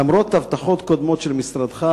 למרות הבטחות קודמות של משרדך,